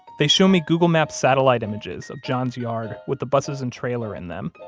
they show me google maps satellite images of john's yard with the buses and trailer in them,